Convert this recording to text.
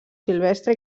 silvestre